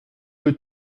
que